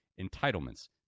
entitlements